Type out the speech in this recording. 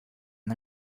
and